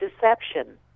deception